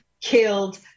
killed